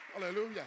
Hallelujah